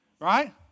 Right